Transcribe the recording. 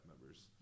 members